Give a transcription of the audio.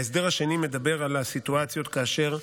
ההסדר השני מדבר על הסיטואציות כאשר,